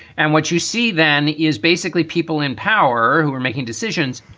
and what you see then is basically people in power who are making decisions,